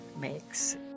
makes